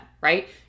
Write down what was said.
right